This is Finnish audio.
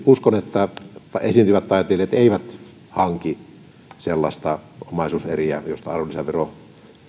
uskon että esiintyvät taiteilijat eivät hanki sellaisia omaisuuseriä joista arvonlisäveron